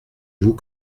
vous